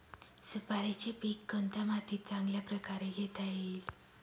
सुपारीचे पीक कोणत्या मातीत चांगल्या प्रकारे घेता येईल?